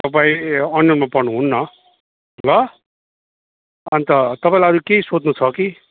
तपाईँ अन्योलमा पर्नुहुन्न ल अन्त तपाईँलाई अरू केही सोध्नु छ कि